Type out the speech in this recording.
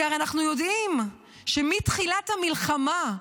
כי הרי אנחנו יודעים שמתחילת המלחמה,